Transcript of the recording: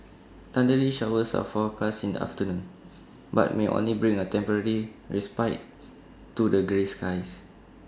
thundery showers are forecast in the afternoon but may only bring A temporary respite to the grey skies